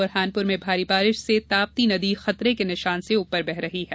बुरहानपुर में भारी वर्षा से ताप्ती नदी खतरे के निशान से ऊपर बह रही है